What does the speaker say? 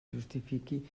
justifiqui